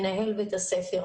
מנהל בית הספר,